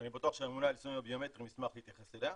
שאני בטוח שהממונה על --- הביומטריים ישמח להתייחס אליה,